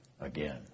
again